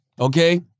okay